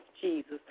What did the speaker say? Jesus